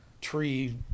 tree